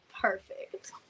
perfect